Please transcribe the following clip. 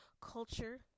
culture